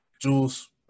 Jules